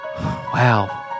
Wow